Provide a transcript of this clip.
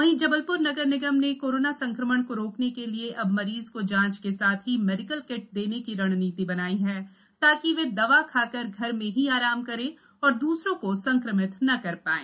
वहीं जबलप्र नगर निगम ने कोरोना संक्रमण को रोकने के लिए अब मरीज को जाँच के साथ ही मेडिकल किट देने की रणनीति बनायीं है ताकि वह दवा खाकर घर में ही आराम करे और दूसरों को संक्रमित न कर पाएं